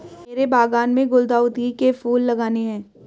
मेरे बागान में गुलदाउदी के फूल लगाने हैं